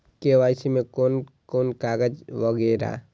KYC में कोन कोन कागज वगैरा?